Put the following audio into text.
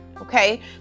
okay